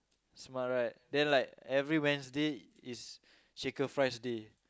smart right then like every Wednesday is shaker fries day